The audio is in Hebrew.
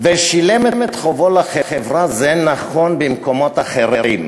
ושילם את חובו לחברה, זה נכון במקומות אחרים,